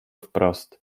wprost